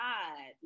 God